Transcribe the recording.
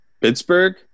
Pittsburgh